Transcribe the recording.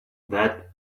that